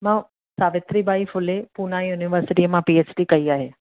मां सावित्री बाइ फुले पूना यूनिवर्सिटीअ मां पी एच डी कई आहे